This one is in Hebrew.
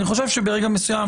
אני חושב שברגע מסוים,